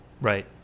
Right